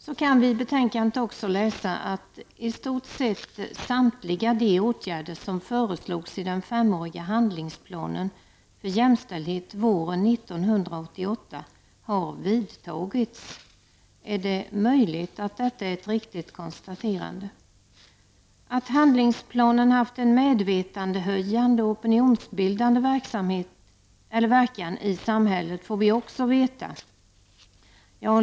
Vi kan i betänkandet också läsa att i stort sett samtliga de åtgärder som föreslogs i den femåriga handlingsplanen för jämställdhet våren 1988 har vidtagits. Är det möjligt att detta är ett riktigt konstaterande? Att handlingsplanen haft en medvetandehöjande och opinionsbildande verkan i samhället får vi också veta.